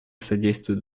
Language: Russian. содействуют